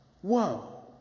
Whoa